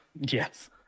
yes